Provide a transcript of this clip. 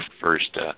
first